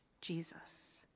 Jesus